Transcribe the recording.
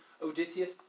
odysseus